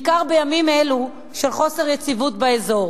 בעיקר בימים אלו של חוסר יציבות באזור.